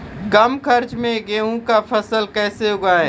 कम खर्च मे गेहूँ का फसल कैसे उगाएं?